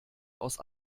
aus